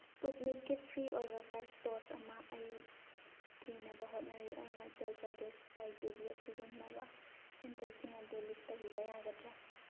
ꯏꯁꯄꯨꯠꯅꯤꯛꯀꯤ free ꯑꯣꯏꯕ first dose ꯑꯃ ꯑꯩ ꯊꯤꯅꯕ ꯍꯣꯠꯅꯔꯤ ꯑꯔꯨꯅꯥꯆꯜ ꯄ꯭ꯔꯗꯦꯁ ꯔꯥꯏꯖ꯭ꯌꯒꯤ ꯑꯁꯤꯒꯨꯝꯕꯂꯕ ꯁꯦꯟꯇꯔꯁꯤꯡ ꯑꯗꯨ ꯂꯤꯁ ꯇꯧꯕꯤꯕ ꯌꯥꯒꯗ꯭ꯔꯥ